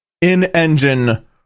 in-engine